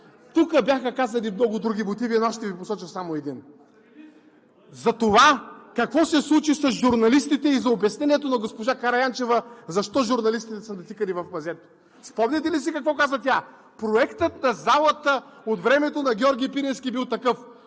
Тук бяха казани много други мотиви, но аз ще Ви посоча само един – за това, какво се случи с журналистите и за обяснението на госпожа Караянчева защо журналистите са натикани в мазето. Спомняте ли си какво каза тя? – Проектът на залата от времето на Георги Пирински бил такъв.